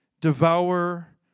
Devour